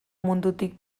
mundutik